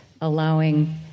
Allowing